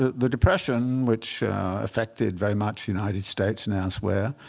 ah the depression, which affected very much the united states and elsewhere,